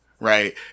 right